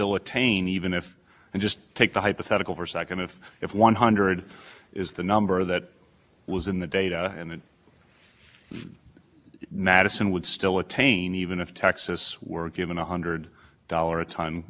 with regard to the to the ripple effect i mean i think that you know the words i can point you to the portions of our brief that discuss what will happen at your brief when i was preparing for this case what i was looking for was a theory of uniform